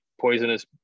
poisonous